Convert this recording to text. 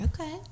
okay